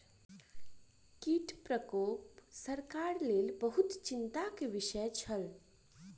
कीट प्रकोप सरकारक लेल बहुत चिंता के विषय छल